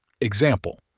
Example